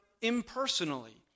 impersonally